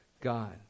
God